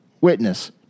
witness